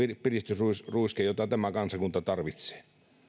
piristysruiske jota tämä kansakunta tarvitsee